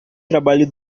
trabalho